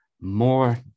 more